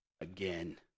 again